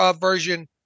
version